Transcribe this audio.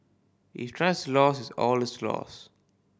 if trust is lost all is lost